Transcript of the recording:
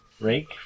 Rake